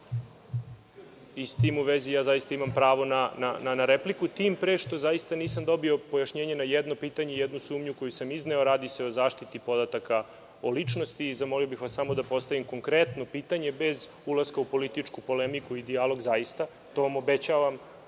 i s tim u vezi ja zaista imam pravo na repliku, tim pre što zaista nisam dobio pojašnjenje na jedno pitanje i jednu sumnju koju sam izneo, a radi se o zaštiti podataka o ličnosti. Zamolio bih vas samo da postavim konkretno pitanje, bez ulaska u političku politiku i dijalog, zaista. To vam obećavam